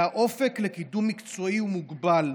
והאופק לקידום מקצועי הוא מוגבל.